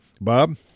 Bob